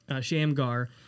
Shamgar